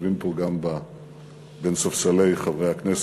יושבים פה גם בין ספסלי חברי הכנסת,